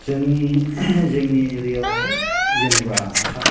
जोंनि जोंनि एरियावहाय जेनेबा